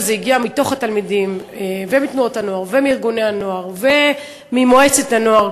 וזה הגיע מהתלמידים ומתנועות הנוער ומארגוני הנוער וממועצת הנוער,